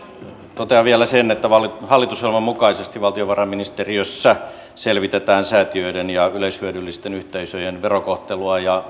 totean vielä sen että hallitusohjelman mukaisesti valtiovarainministeriössä selvitetään säätiöiden ja yleishyödyllisten yhteisöjen verokohtelua ja